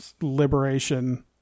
Liberation